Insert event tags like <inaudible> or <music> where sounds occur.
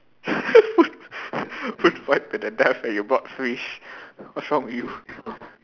<laughs> food fight to the death and you brought fish what's wrong with you